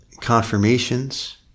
confirmations